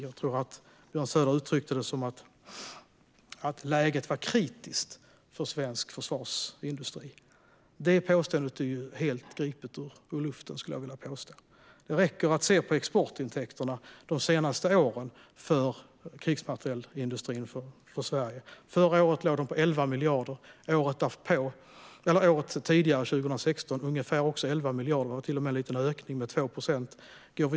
Jag tror att Björn Söder uttryckte det som att läget är kritiskt för svensk försvarsindustri. Det påståendet är helt gripet ur luften, skulle jag vilja säga. Det räcker med att titta på exportintäkterna de senaste åren för krigsmaterielindustrin i Sverige för att se att det är fel. Förra året låg intäkterna på 11 miljarder. Året dessförinnan, 2016, låg de också på ungefär 11 miljarder, och det var till och med en liten ökning med 2 procent.